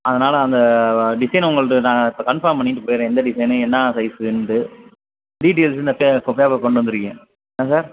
அதனால் அந்த ஆ டிசைன் உங்கள்கிட்ட நான் இப்போ கன்ஃபார்ம் பண்ணிவிட்டு போயிடுறேன் எந்த டிசைன்னு என்ன சைஸுன்டு டீடெயில்ஸு இந்த பே பேப்பர் கொண்டு வந்திருக்கேன் என்ன சார்